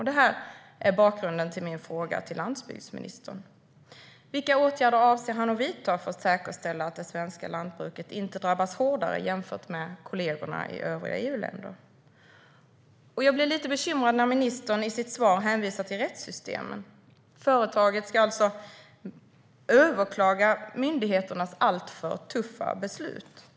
Det här är bakgrunden till min fråga till landsbygdsministern. Vilka åtgärder avser landsbygdsministern att vidta för att säkerställa att det svenska lantbruket inte drabbas hårdare än kollegorna i övriga EU-länder? Jag blir lite bekymrad när ministern i sitt svar hänvisar till rättssystemet. Företagen ska alltså överklaga myndigheternas alltför tuffa beslut.